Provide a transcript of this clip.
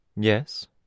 Yes